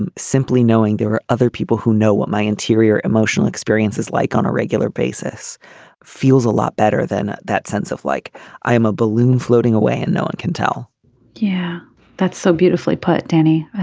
and simply knowing there were other people who know what my interior emotional experience is like on a regular basis feels a lot better than that sense of like i am a balloon floating away and no one can tell you yeah that's so beautifully put. danny